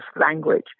language